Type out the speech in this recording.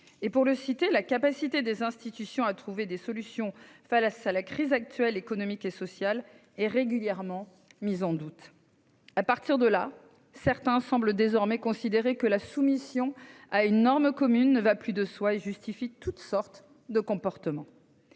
que « la capacité des institutions à trouver des solutions face à la crise actuelle, économique et sociale, est régulièrement mise en doute. » Ainsi, certains semblent désormais considérer que la soumission à une norme commune ne va plus de soi, ce qui justifie toutes sortes de comportements.